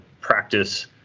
practice